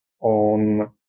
on